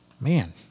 man